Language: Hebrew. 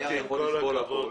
-- הנייר יכול לסבול הכול.